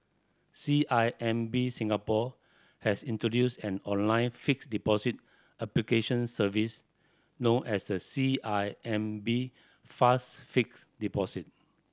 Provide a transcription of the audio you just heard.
C I M B Singapore has introduced an online fixed deposit application service known as the C I M B Fast Fixed Deposit